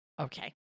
okay